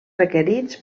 requerits